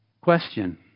Question